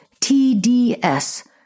TDS